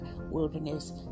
wilderness